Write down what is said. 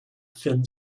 thin